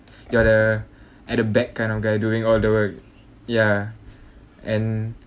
you're the at the back kind of guy doing all the work yeah and